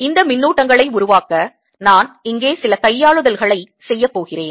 இந்த மின்னூட்டங்களை உருவாக்க நான் இங்கே சில கையாளுதல்களைச் செய்யப் போகிறேன்